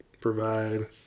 provide